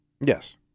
Yes